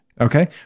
Okay